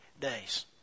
days